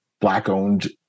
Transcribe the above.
Black-owned